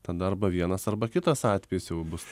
tada arba vienas arba kitas atvejis jau bus